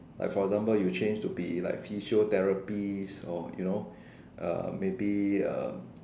like for example you change to be like physiotherapist or you know uh maybe um